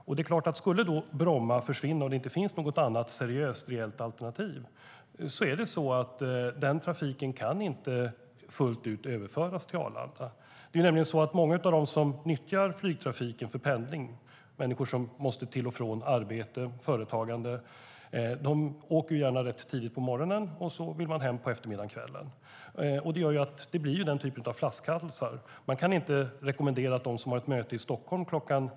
Om Bromma skulle försvinna och det inte finns något annat seriöst, reellt alternativ kan den trafiken inte fullt ut överföras till Arlanda.Det är nämligen så att många av dem som nyttjar flygtrafiken för pendling, människor som måste ta sig till och från arbete och företagande, gärna åker rätt tidigt på morgonen och vill hem på eftermiddagen eller kvällen. Det gör att det blir flaskhalsar. Man kan inte rekommendera att de som har ett möte i Stockholm kl.